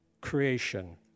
creation